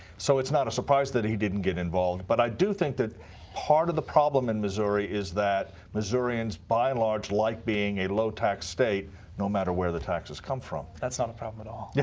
so it's not a surprise that he didn't get involved. but i do think that part of the problem in missouri is that missourians by and large like being a low tax state no matter where the taxes come from. that's not a problem at all. yeah